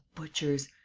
butchers.